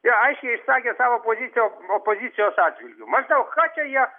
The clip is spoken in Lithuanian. jo aiškiai išsakė savo poziciją opozicijos atžvilgiu maždaug ką čia jie